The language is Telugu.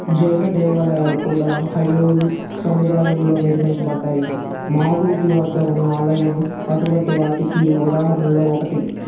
జైన దేవాలయాలు కూడా ఐహోల్ సముదాయంలో నిర్మించబడ్డాయి మాగూటి వద్ద ఉన్న ఆలయం అటువంటి వాటికి ఉదాహరణలో ఒకటి